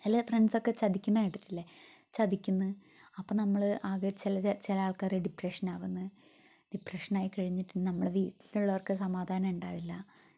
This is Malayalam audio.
എല്ലാ ഫ്രണ്ട്സൊക്കെ ചതിക്കുന്ന കേട്ടിട്ടില്ലേ ചതിക്കുമെന്ന് അപ്പോൾ നമ്മൾ ആകെ ചിലരെ ചില ആൾക്കാർ ഡിപ്രഷൻ ആവുമെന്ന് ഡിപ്രഷനായി കഴിഞ്ഞിട്ട് നമ്മളെ വീട്ടിലുള്ളവർക്ക് സമാധാനം ഉണ്ടാവില്ല